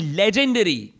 legendary